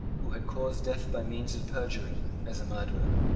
who had caused death by means of perjury, as a murderer.